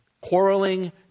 Quarreling